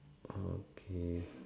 okay